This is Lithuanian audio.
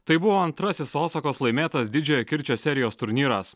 tai buvo antrasis osakos laimėtas didžiojo kirčio serijos turnyras